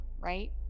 right